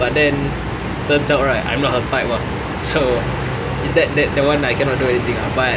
but then turns out I'm not her type ah so if that that one I cannot do anything ah but